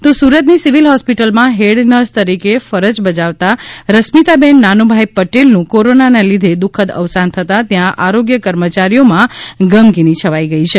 તો સુરતની civil hospital માં હેડ નર્સ તરીકે ફરજ બજાવતા રસમીતાબેન નાનુભાઈ પટેલનું કોરોનાને લીધે દુખદ અવસાન થતાં ત્યાં આરોગ્ય કર્મચારીઓમાં ગમગીની છવાઈ છે